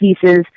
pieces